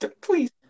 please